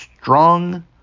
strong